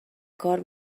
کار